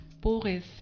Boris